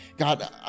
God